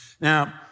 now